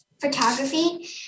photography